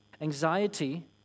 anxiety